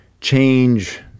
change